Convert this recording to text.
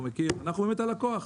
אנחנו באמת הלקוח.